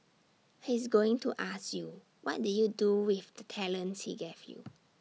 he's going to ask you what did you do with the talents he gave you